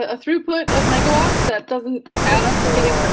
ah throughput of megawatts that doesn't and up to getting